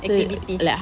activity